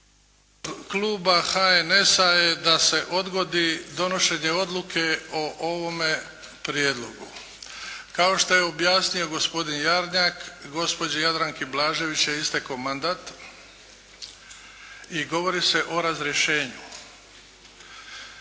Kluba HNS-a je da se odgodi donošenje odluke o ovome prijedlogu. Kao što je objasnio gospodin Jarnjak gospođi Jadranki Blažević je istekao mandat i govori se o razrješenju.